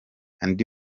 andi